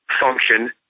function